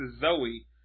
Zoe